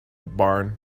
barn